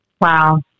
wow